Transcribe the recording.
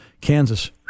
Kansas